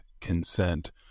consent